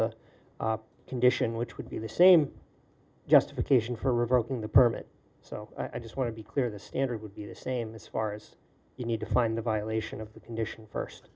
the condition which would be the same justification for revoking the permit so i just want to be clear the standard would be the same as far as you need to find the violation of the condition first